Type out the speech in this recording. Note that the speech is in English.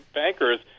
bankers